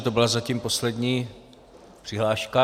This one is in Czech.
To byla zatím poslední přihláška.